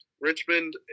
Richmond